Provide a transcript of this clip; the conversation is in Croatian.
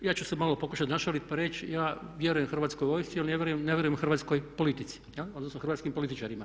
Ja ću se malo pokušati našaliti pa reći, ja vjerujem Hrvatskoj vojsci, ali ne vjerujem hrvatskoj politici odnosno hrvatskim političarima.